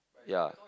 ya